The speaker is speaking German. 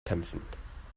kämpfen